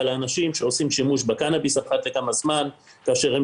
אבל אנשים שעושים שימוש בקנאביס אחת לכמה זמן כאשר הם